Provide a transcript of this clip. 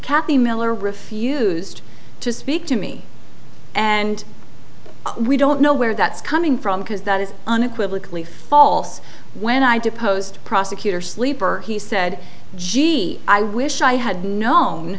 kathy miller refused to speak to me and we don't know where that's coming from because that is unequivocally false when i deposed prosecutor sleeper he said gee i wish i had known